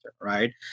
right